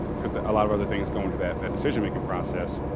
because a lot of other things go into that that decision-making process.